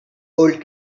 old